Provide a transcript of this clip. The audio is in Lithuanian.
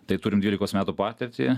tai turim dvylikos metų patirtį